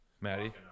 Maddie